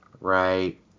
right